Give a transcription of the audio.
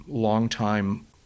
long-time